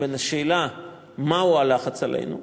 בין השאלה מהו הלחץ עלינו,